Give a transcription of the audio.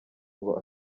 ngo